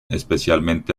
especialmente